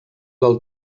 del